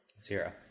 zero